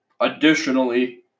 Additionally